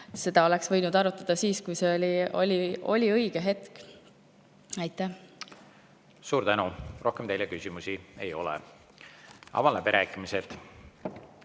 Seda oleks võinud arutada siis, kui oli õige hetk. Suur tänu! Rohkem teile küsimusi ei ole. Avan läbirääkimised.